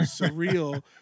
surreal